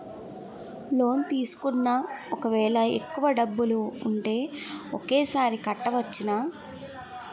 Loan తీసుకున్నాక ఒకవేళ ఎక్కువ డబ్బులు ఉంటే ఒకేసారి కట్టవచ్చున?